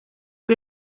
que